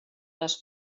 les